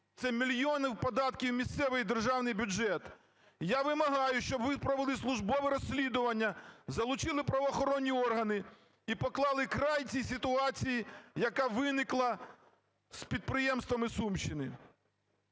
це мільйони податків у місцевий і державний бюджет. Я вимагаю, щоб ви провели службове розслідування, залучили правоохоронні органи і поклали край цій ситуації, яка виникла з підприємствами Сумщини.